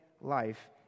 life